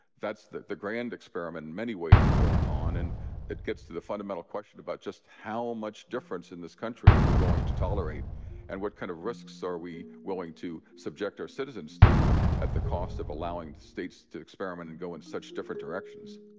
that's the the grand experiment, in many ways, that are going on and that gets to the fundamental question about just how much difference in this country are we willing to tolerate and what kind of risks are we willing to subject our citizens to at the cost of allowing states to experiment and go in such different directions